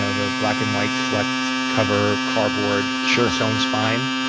ah the black and white flecked cover, cardboard. sure. sewn spine.